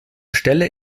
stelle